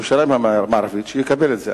בירושלים המערבית, שיקבל את זה.